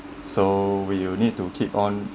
so we need to keep on